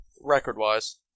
Record-wise